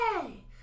hey